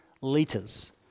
liters